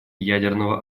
ядерного